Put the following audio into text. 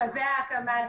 שלבי ההקמה,